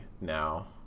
now